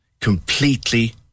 completely